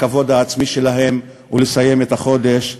בכבוד העצמי שלהם ולסיים את החודש כנדרש.